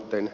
tein